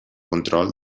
control